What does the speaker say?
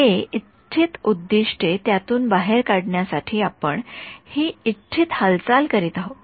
हे इच्छित उद्दीष्टे त्यातून बाहेर काढण्यासाठी आपण हि इच्छित हालचाल करीत आहोत